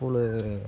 school